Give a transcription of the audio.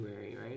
right